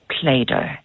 Play-Doh